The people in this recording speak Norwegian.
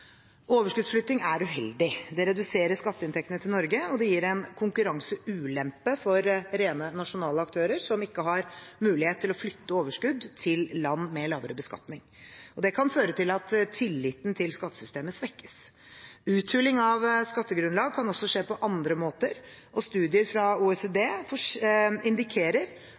Overskuddsflytting er uheldig. Det reduserer skatteinntektene til Norge og gir en konkurranseulempe for rene nasjonale aktører som ikke har mulighet til å flytte overskudd til land med lavere beskatning, og det kan føre til at tilliten til skattesystemet svekkes. Uthuling av skattegrunnlag kan også skje på andre måter, og studier fra OECD indikerer